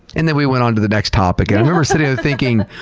and then we went onto the next topic. i remember sitting there thinking,